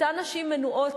אותן נשים מנועות,